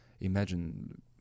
Imagine